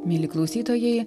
mieli klausytojai